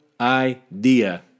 idea